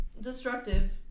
destructive